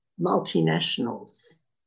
Multinationals